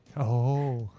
oh.